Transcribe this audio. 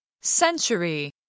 Century